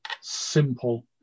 simple